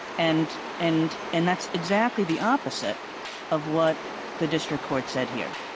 and and and that's exactly the opposite of what the district court said here.